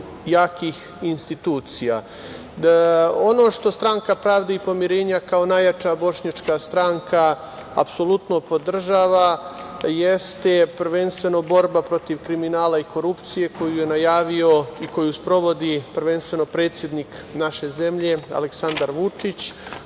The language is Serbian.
jakih institucija. Ono što stranka Pravde i pomirenja, kao najjača bošnjačka stranka apsolutno podržava jeste prvenstveno borba protiv kriminala i korupcije koju je najavio i koju sprovodi prvenstveno predsednik naše zemlje Aleksandar Vučić,